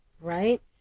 right